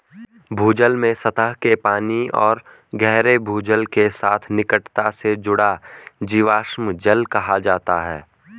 भूजल में सतह के पानी और गहरे भूजल के साथ निकटता से जुड़ा जीवाश्म जल कहा जाता है